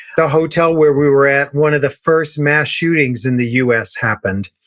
the hotel where we were at, one of the first mass shootings in the us happened.